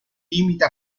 limita